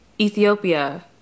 Ethiopia